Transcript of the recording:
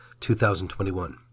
2021